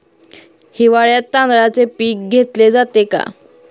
हिवाळ्यात तांदळाचे पीक घेतले जाते का?